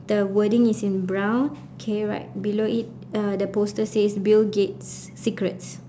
the wording is in brown K right below it uh the poster says bill gates secrets